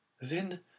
Then